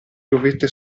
dovette